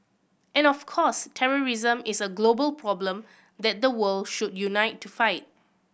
and of course terrorism is a global problem that the world should unite to fight